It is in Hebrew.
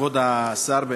כבוד השר,